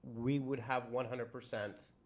we would have one hundred percent